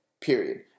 period